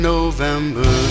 November